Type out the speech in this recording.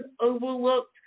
overlooked